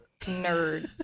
Nerd